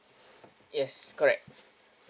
yes correct